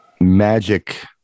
magic